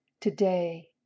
Today